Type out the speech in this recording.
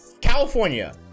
California